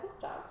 dogs